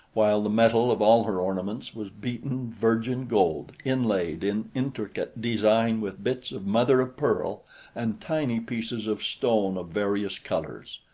while the metal of all her ornaments was beaten, virgin gold, inlaid in intricate design with bits of mother-of-pearl and tiny pieces of stone of various colors.